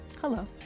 Hello